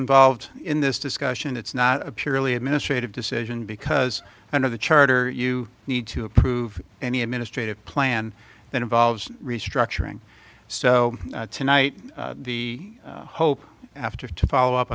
involved in this discussion it's not a purely administrative decision because under the charter you need to approve any administrative plan that involves restructuring so tonight the hope after to follow up